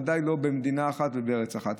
וודאי שלא במדינה אחת ובארץ אחת.